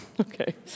Okay